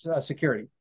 Security